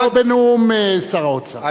לא בנאום שר האוצר.